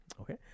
okay